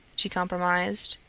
she compromised.